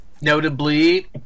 Notably